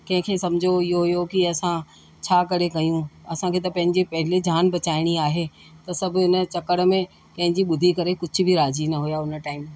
कंहिंखे समुझो इहो हुयो कि असां छा करे कयूं असांखे त पंहिंजी पहले जान बचाइणी आहे त सभु हिन चकर में कंहिंजी ॿुधी करे कुझु बि राज़ी न हुआ हुन टाइम